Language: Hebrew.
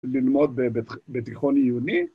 ללמוד בתיכון עיוני